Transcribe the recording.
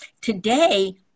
Today